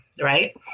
right